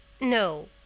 No